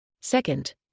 Second